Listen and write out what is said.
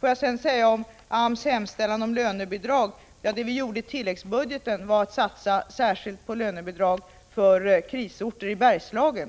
Får jag slutligen ta upp frågan om AMS hemställan om lönebidrag. Det vi gjorde var att i tilläggsbudgeten särskilt satsa på lönebidrag för krisorter i Bergslagen.